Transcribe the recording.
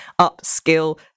upskill